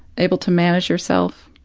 able to manage yourself